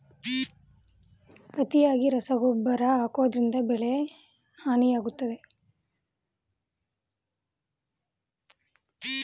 ಅತಿಯಾಗಿ ರಾಸಾಯನಿಕ ಗೊಬ್ಬರ ಹಾಕೋದ್ರಿಂದ ಬೆಳೆ ಹಾಳಾಗುತ್ತದೆ